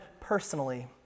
personally